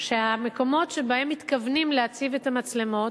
שהמקומות שבהם מתכוונים להציב את המצלמות,